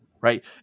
Right